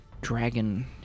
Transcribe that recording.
dragon